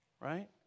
right